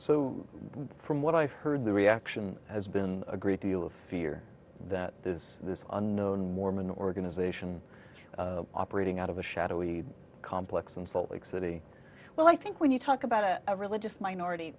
so from what i've heard the reaction has been a great deal of fear that there is this unknown mormon organization operating out of a shadowy complex in salt lake city well i think when you talk about a religious minority